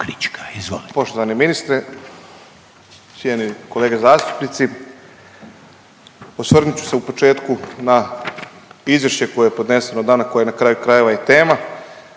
Poštovani ministre, cijenjeni kolege zastupnici, osvrnut ću se u početku na izvješće koje je podneseno danas, koje je na kraju krajeva i tema,